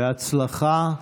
בהצלחה.